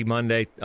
Monday